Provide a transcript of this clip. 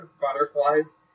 butterflies